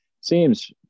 seems